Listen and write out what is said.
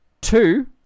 two